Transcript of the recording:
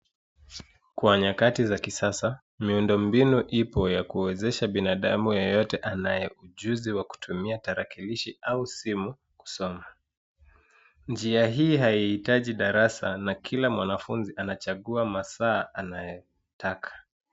Kwa nyakati za kisasa, miundo mbinu ipo ya kuwezesha binadamu yeyote anaye ujuzi wa kutumia tarakilishi au simu kusoma. Njia hii haihitaji darasa na kila mwanafunzi anachagua masaa anayotaka.